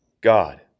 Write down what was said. God